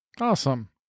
awesome